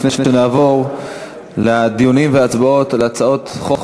לפני שנעבור לדיונים ולהצבעות על הצעות חוק